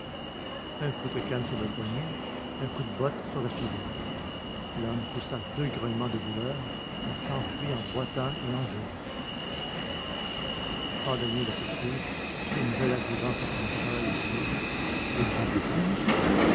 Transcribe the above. un coup de canne sur le poignet un coup de botte sur la cheville l'homme poussa deux grognements de douleur et s'enfuit en boitant et en jurant sans daigner le poursuivre le nouvel arrivant se pencha et dit êtes-vous blessé monsieur